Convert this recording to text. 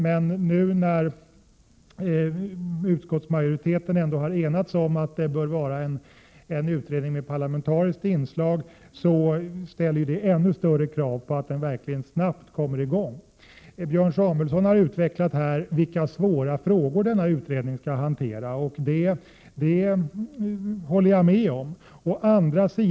Men när nu utskottsmajoriteten har enats om att det bör vara en utredning med parlamentariskt inslag innebär det ännu större krav på att utredningen verkligen kommer i gång snabbt. Björn Samuelson har utvecklat vilka svåra frågor utredningen skall hantera, och jag kan hålla med om vad han sagt.